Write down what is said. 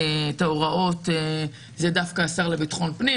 ההוראות הוא דווקא השר לביטחון פנים,